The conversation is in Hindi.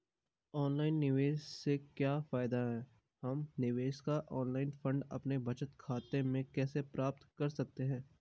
ऑनलाइन निवेश से क्या फायदा है हम निवेश का ऑनलाइन फंड अपने बचत खाते में कैसे प्राप्त कर सकते हैं?